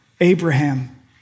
Abraham